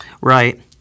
right